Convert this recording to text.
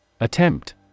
Attempt